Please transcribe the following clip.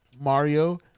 Mario